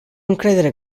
încredere